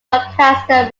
doncaster